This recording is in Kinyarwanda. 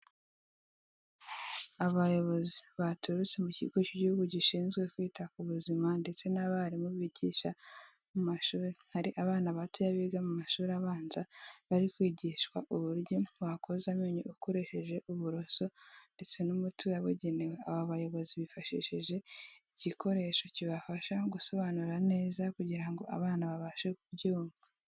Abayobozi baturutse mu Kigo cy'Igihugu Gishinzwe Kwita ku Buzima ndetse n'abarimu bigisha mu mashuri. Hari abana batoya biga mu mashuri abanza, bari kwigishwa uburyo wakoza amenyo ukoresheje uburoso ndetse n'umuti wabugenewe. Aba bayobozi bifashishije igikoresho kibafasha gusobanura neza kugira ngo abana babashe kubyumva.